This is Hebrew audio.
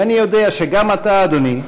ואני יודע שגם אתה, אדוני,